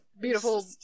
beautiful